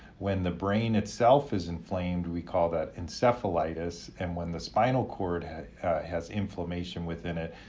when the brain itself is inflamed, we call that encephalitis and when the spinal cord has inflammation within it,